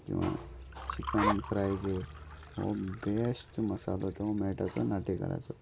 किंवा chicken fry घे हो बेश्ट मसालो तो मेळटा तो नाटेकाराचो